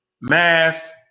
Math